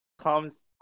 comes